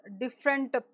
different